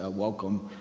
ah welcome.